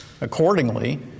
Accordingly